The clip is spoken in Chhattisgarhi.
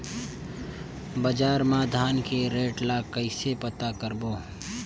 बजार मा धान के रेट ला कइसे पता करबो?